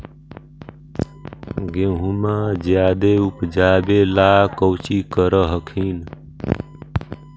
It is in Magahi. गेहुमा जायदे उपजाबे ला कौची कर हखिन?